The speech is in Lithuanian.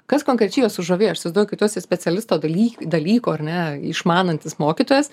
kas konkrečiai juos sužavėjo aš įsivaizduoju kad jos į specialisto daly dalyko ar ne išmanantis mokytojas